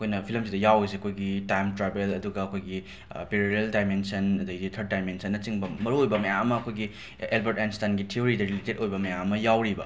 ꯑꯩꯈꯣꯏꯅ ꯐꯤꯂꯝꯁꯤꯗ ꯌꯥꯎꯔꯤꯁꯦ ꯑꯩꯈꯣꯏꯒꯤ ꯇꯥꯏꯝ ꯇ꯭ꯔꯥꯕꯦꯜ ꯑꯗꯨꯒ ꯑꯩꯈꯣꯏꯒꯤ ꯄꯦꯔꯦꯔꯦꯜ ꯗꯥꯏꯃꯦꯟꯁꯟ ꯑꯗꯒꯤ ꯊꯔꯠ ꯗꯥꯏꯃꯦꯟꯁꯟꯅꯆꯤꯡꯕ ꯃꯔꯨꯑꯣꯏꯕ ꯃꯌꯥꯝ ꯑꯃ ꯑꯩꯈꯣꯏꯒꯤ ꯑꯦꯜꯕꯔꯠ ꯑꯥꯏꯟꯁꯇꯥꯏꯟꯒꯤ ꯊꯤꯑꯣꯔꯤꯗ ꯔꯤꯂꯤꯇꯦꯗ ꯑꯣꯏꯕ ꯃꯌꯥꯝ ꯑꯃ ꯌꯥꯎꯔꯤꯕ